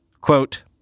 Quote